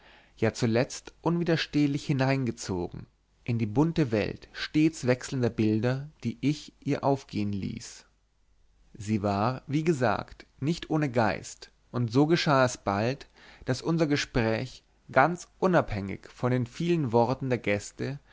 ja zuletzt unwiderstehlich hineingezogen in die bunte welt stets wechselnder bilder die ich ihr aufgehen ließ sie war wie gesagt nicht ohne geist und so geschah es bald daß unser gespräch ganz unabhängig von den vielen worten der gäste